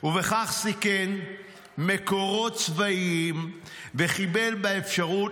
ובכך סיכן מקורות צבאיים וחיבל באפשרות